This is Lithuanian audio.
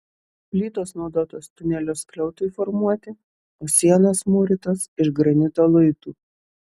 plytos naudotos tunelio skliautui formuoti o sienos mūrytos iš granito luitų